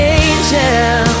angel